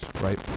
right